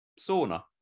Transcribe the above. sauna